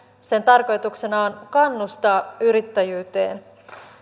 sen tarkoituksena on kannustaa yrittäjyyteen